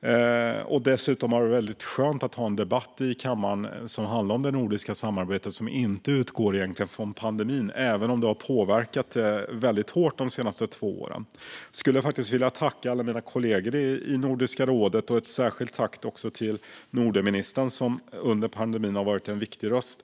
Det har dessutom varit väldigt skönt att ha en debatt i kammaren som handlar om det nordiska samarbetet men som egentligen inte utgår från pandemin, även om den har påverkat samarbetet väldigt hårt de senaste två åren. Jag skulle vilja tacka alla mina kollegor i Nordiska rådet och även rikta ett särskilt tack till Nordenministern, som under pandemin har varit en viktig röst.